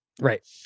Right